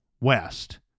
west